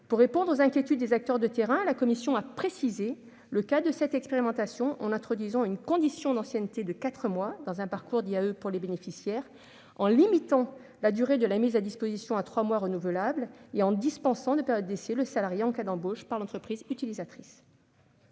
Pour répondre aux inquiétudes des acteurs de terrain, la commission a précisé le cadre de cette expérimentation, en introduisant, pour les bénéficiaires, une condition d'ancienneté de quatre mois dans un parcours d'IAE, en limitant la durée de la mise à disposition à trois mois renouvelables et en dispensant de période d'essai le salarié en cas d'embauche par l'entreprise utilisatrice.